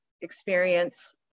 experience